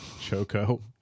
Choco